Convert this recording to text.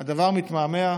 הדבר מתמהמה.